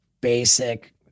basic